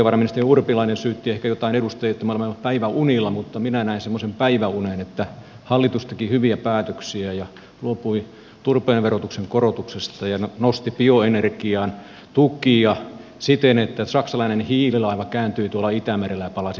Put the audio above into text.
valtiovarainministeri urpilainen syytti ehkä joitain edustajia että me olemme olleet päiväunilla mutta minä näin semmoisen päiväunen että hallitus teki hyviä päätöksiä ja luopui turpeen verotuksen korotuksesta ja nosti bioenergian tukia siten että saksalainen hiililaiva kääntyi tuolla itämerellä ja palasi takaisin satamaan